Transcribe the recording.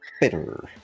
Bitter